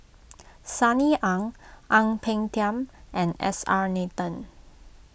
Sunny Ang Ang Peng Tiam and S R Nathan